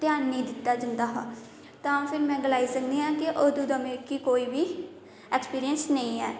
ध्यान नेईं दित्ता जंदा हा तां फिरी में गलाई सकनी आं कि अंदू दा मिकी कोई बी ऐक्सपिरियंस नेईं ऐ